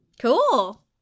Cool